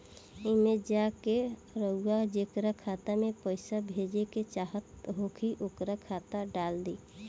एईमे जा के रउआ जेकरा खाता मे पईसा भेजेके चाहत होखी ओकर खाता डाल दीं